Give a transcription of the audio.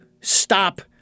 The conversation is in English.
stop